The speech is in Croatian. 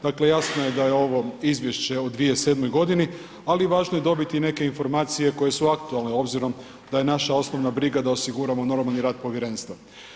Dakle, jasno je da je ovo izvješće u 2007. godini, ali važno je dobiti neke informacije koje su aktualne, obzirom da je naša osnovna briga da osiguramo normalni rad povjerenstva.